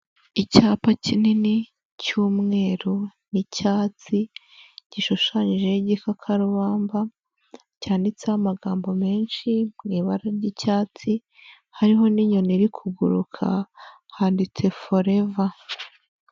Icyapa kinini cy'umweru n'icyatsi gishushanyijeho igikakarubamba, cyanditseho amagambo menshi mu ibara ry'icyatsi hariho n'inyoni iri kuguruka handitse foreva.